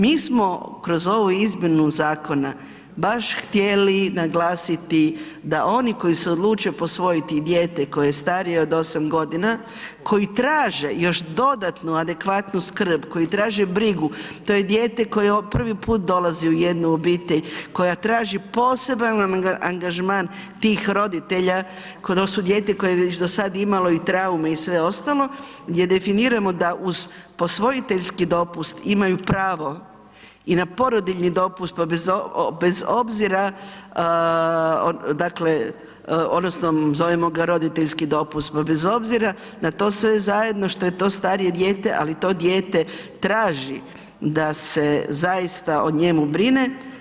Mi smo kroz ovu izmjenu zakona baš htjeli naglasiti da oni koji se odluče posvojiti dijete koje je starije od 8 godina, koji traže još dodatnu adekvatnu skrb, koji traže brigu, to je dijete koje prvi puta dolazi u jednu obitelj, koja traži poseban angažman tih roditelja to su dijete koje je do sada već imalo i traume i sve ostalo, gdje definiramo da uz posvojiteljski dopust imaju pravo i na porodiljni dopust pa bez obzira, dakle odnosno zovemo ga roditeljski dopust, pa bez obzira na to sve zajedno što je to starije dijete ali to dijete traži da se zaista o njemu brine.